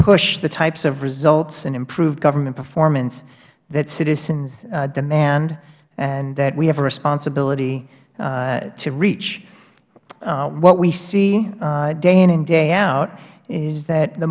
push the types of results and improve government performance that citizens demand and that we have a responsibility to reach what we see day in and day out is that the